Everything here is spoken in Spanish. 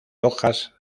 hojas